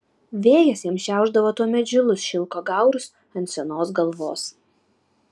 vėjas jam šiaušdavo tuomet žilus šilko gaurus ant senos galvos